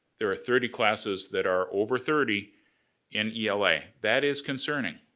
there are thirty classes that are over thirty in ela. that is concerning.